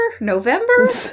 November